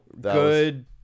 good